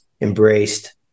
embraced